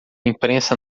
imprensa